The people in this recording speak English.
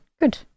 good